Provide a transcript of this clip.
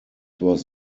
was